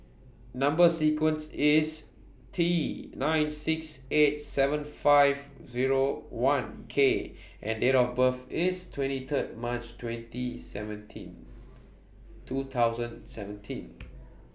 Number sequence IS T nine six eight seven five Zero one K and Date of birth IS twenty Third March twenty seventeen two thousand seventeen